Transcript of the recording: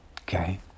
okay